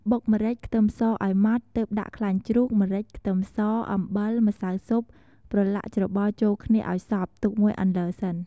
បុកម្រេច ខ្ទឹមសឱ្យម៉ដ្ឋ ទើបដាក់ខ្លាញ់ជ្រូក ម្រេច ខ្ទឹមស អំបិល ម្សៅស៊ុបប្រឡាក់ច្របល់ចូលគ្នាឱ្យសព្វ ទុកមួយអន្លើសិន។